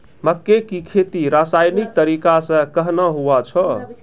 मक्के की खेती रसायनिक तरीका से कहना हुआ छ?